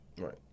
Right